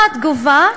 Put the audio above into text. מה התגובה,